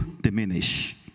diminish